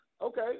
Okay